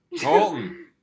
Colton